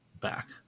back